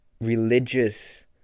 religious